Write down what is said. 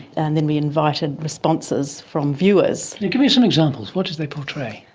and then we invited responses from viewers. give me some examples, what did they portray?